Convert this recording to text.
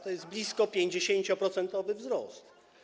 To jest blisko 50-procentowy wzrost.